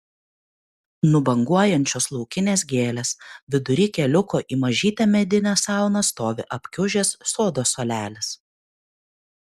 nubanguojančios laukinės gėlės vidury keliuko į mažytę medinę sauną stovi apkiužęs sodo suolelis